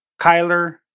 Kyler